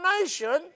nation